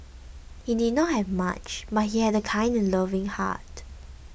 he did not have much but he had a kind and loving heart